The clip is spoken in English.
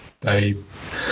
Dave